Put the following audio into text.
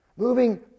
moving